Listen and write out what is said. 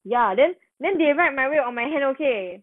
ya then then they write my weight on my hand okay